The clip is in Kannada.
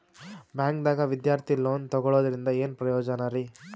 ಬ್ಯಾಂಕ್ದಾಗ ವಿದ್ಯಾರ್ಥಿ ಲೋನ್ ತೊಗೊಳದ್ರಿಂದ ಏನ್ ಪ್ರಯೋಜನ ರಿ?